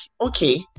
okay